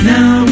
Now